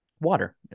water